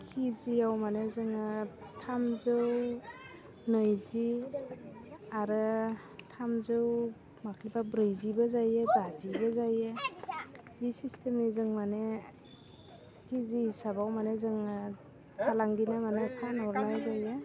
किजियाव माने जोङो थामजौ नैजि आरो थामजौ माखिबा ब्रैजिबो जायो बाजिबो जायो बि सिस्टेमै जों माने किजि हिसाबाव माने जोङो फालांगिनो माने फानहरनाय जायो